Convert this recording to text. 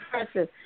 impressive